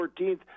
14th